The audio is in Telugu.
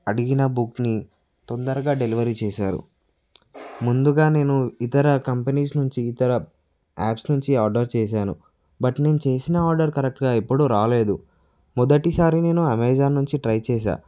అడిగిన బుక్ని తొందరగా డెలివరీ చేసారు ముందుగా నేను ఇతర కంపెనీస్ నుంచి ఇతర యాప్స్ నుంచి ఆర్డర్ చేశాను బట్ నేను చేసిన ఆర్డర్ కరక్ట్గా ఎప్పుడు రాలేదు మొదటిసారి నేను అమెజాన్ నుంచి ట్రై చేశాను